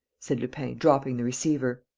said lupin, dropping the receiver.